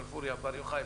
בר-יוחאי,